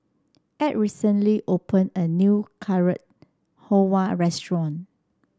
Ed recently opened a new Carrot Halwa Restaurant